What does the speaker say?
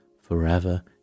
forever